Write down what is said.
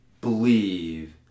believe